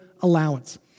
allowance